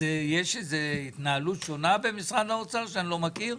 יש התנהלות שונה במשרד האוצר שאני לא מכיר?